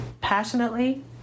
passionately